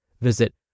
Visit